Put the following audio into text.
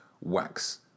wax